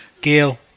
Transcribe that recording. Gail